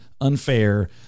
unfair